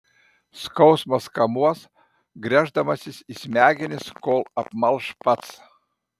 skausmas kamuos gręždamasis į smegenis kol apmalš pats